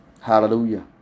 Hallelujah